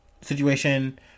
situation